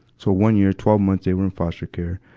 so one year, twelve months, they were in foster care.